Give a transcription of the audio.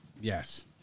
Yes